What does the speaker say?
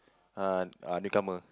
ah newcomer